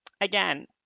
again